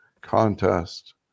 contest